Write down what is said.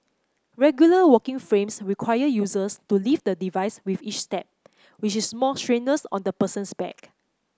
regular walking frames require users to lift the device with each step which is more strenuous on the person's back